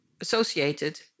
associated